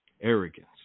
arrogance